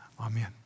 Amen